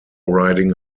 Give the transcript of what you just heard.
riding